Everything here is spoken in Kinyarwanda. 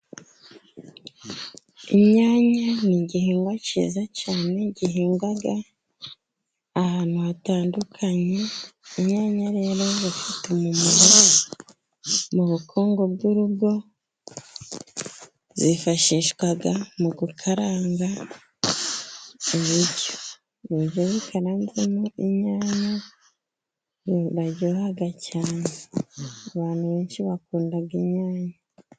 Inyanya ni igihingwa cyiza cyane, gihingwa ahantu hatandukanye, inyanya rero zifite umumaro mu bukungu bw'urugo, zifashishwa mu gukaranga ibiryo. Ibiryo bikaranzwemo inyanya, biraryoha cyane. Abantu benshi bakunda inyanya.